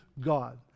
God